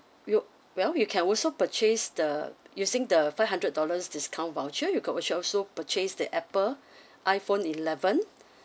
you well you can also purchase the using the five hundred dollars discount voucher you could also purchased the Apple iPhone eleven